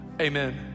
amen